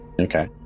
Okay